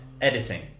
editing